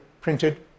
printed